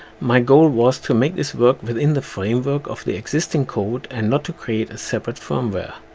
my goal was to make this work within the framework of the existing code and not to create a separate firmware.